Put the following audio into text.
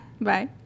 Bye